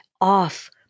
off